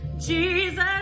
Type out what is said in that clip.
Jesus